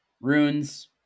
Runes